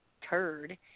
Turd